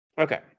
Okay